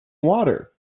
water